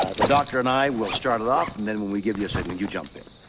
ah the doctor and i will start it off. and then when we give you a signal, you jump in